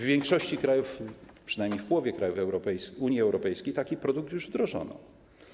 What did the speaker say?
W większości krajów, przynajmniej w połowie krajów Unii Europejskiej, taki produkt już wdrożono.